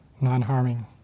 non-harming